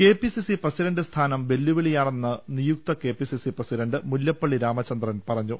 KPCC president സ്ഥാനം വെല്ലുവിളിയാണെന്ന നിയുക്ത കെപിസി സി പ്രസിഡന്റ് മുല്ലപ്പള്ളി രാമചന്ദ്രൻ പറഞ്ഞു